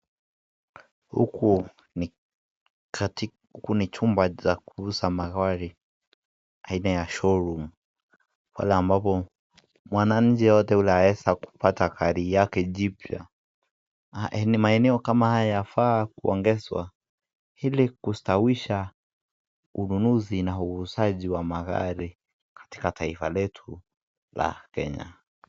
Uku NI chumba cha kuuza magari aina ya ( show room),pahali ambapo mwananchi yeyote Yule aweza kupata gari lake jipya (and) maeneo kama haya yafaa kuongezwa ili kustawisha ununuzi na uuzaji wa magari, katika taifa letu la Kenya.